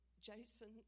Jason